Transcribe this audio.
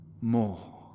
more